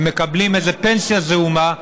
ומקבלים איזו פנסיה זעומה,